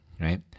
right